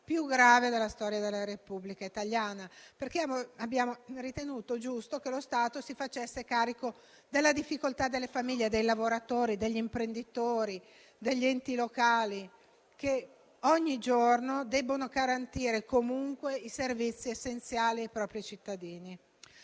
più grave della storia della Repubblica italiana. Abbiamo ritenuto giusto che lo Stato si facesse carico delle difficoltà delle famiglie, dei lavoratori, degli imprenditori e degli enti locali che ogni giorno devono garantire, comunque, i servizi essenziali ai propri cittadini.